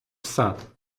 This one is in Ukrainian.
сад